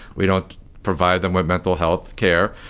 we don't provide them with mental health care.